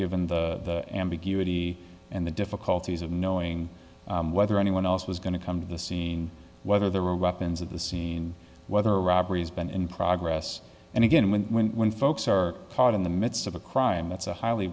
given the ambiguity and the difficulties of knowing whether anyone else was going to come to the scene whether there were weapons at the scene whether robberies been in progress and again when when folks are caught in the midst of a crime that's a highly